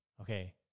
okay